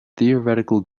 theoretical